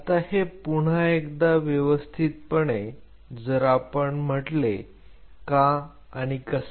आता हे पुन्हा एकदा व्यवस्थितपणे जर आपण म्हणले का आणि कसे